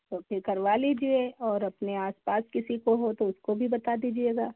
तो फिर करवा लीजिए और अपने आस पास किसी को हो तो उसको भी बता दीजिएगा